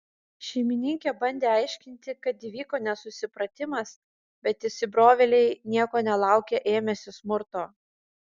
šeimininkė bandė aiškinti kad įvyko nesusipratimas bet įsibrovėliai nieko nelaukę ėmėsi smurto